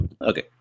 Okay